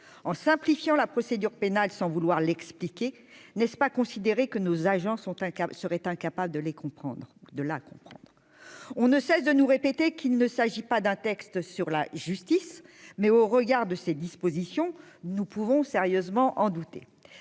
en simplifiant la procédure pénale, sans vouloir l'expliquer n'est-ce pas considérer que nos agents sont un cas seraient incapables de les comprendre, de la comprendre, on ne cesse de nous répéter qu'il ne s'agit pas d'un texte sur la justice, mais au regard de ces dispositions, nous pouvons sérieusement en douter,